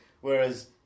whereas